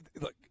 look